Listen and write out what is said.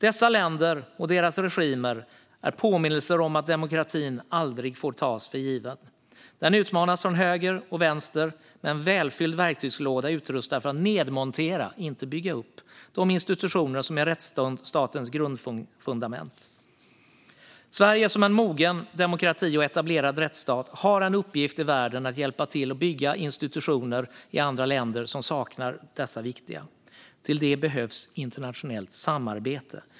Dessa länder och deras regimer är påminnelser om att demokratin aldrig får tas för given. Den utmanas från höger och vänster med en välfylld verktygslåda utrustad för att nedmontera, inte bygga upp, de institutioner som är rättsstatens grundfundament. Sverige som en mogen demokrati och etablerad rättsstat har en uppgift i världen att hjälpa till att bygga institutioner i andra länder som saknar dessa. Till det behövs internationellt samarbete.